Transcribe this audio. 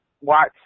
watch